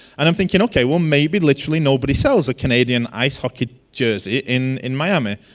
and i'm thinking, ok well maybe literally nobody sells a canadian ice hockey jersey in in miami.